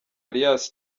alias